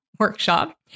Workshop